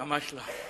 ממש לא.